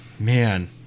Man